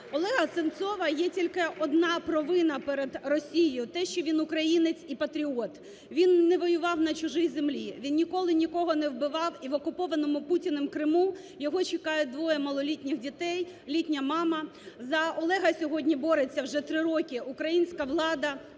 Олега Сенцова є тільки одна провина перед Росією, те, що він українець і патріот. Він не воював на чужій землі, він ніколи нікого не вбивав і в окупованому Путіним Криму його чекають двоє малолітніх дітей, літня мама. За Олега сьогодні бореться вже три роки українська влада,